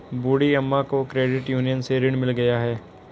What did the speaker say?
बूढ़ी अम्मा को credit union से ऋण मिल गया है